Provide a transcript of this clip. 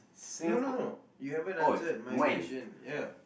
no no no you haven't answered my question ya